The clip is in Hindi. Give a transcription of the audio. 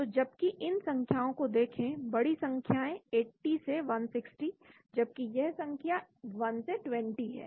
तो जबकि इन संख्याओं को देखें बड़ी संख्याएं 80 से 160 जबकि यह संख्या 1 से 20 हैं